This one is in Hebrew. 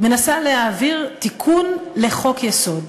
מנסה להעביר תיקון לחוק-יסוד.